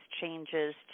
changes